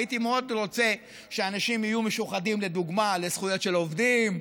הייתי מאוד רוצה שהאנשים יהיו משוחדים לדוגמה בזכויות של העובדים,